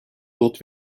not